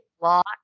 lot